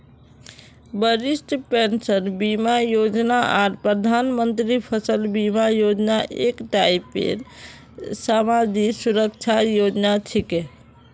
वरिष्ठ पेंशन बीमा योजना आर प्रधानमंत्री फसल बीमा योजना एक टाइपेर समाजी सुरक्षार योजना छिके